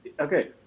okay